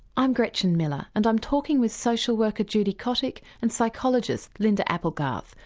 i'm gretchen miller and i'm talking with social worker judy kottick and psychologist linda applegarth,